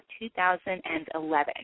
2011